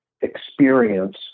experience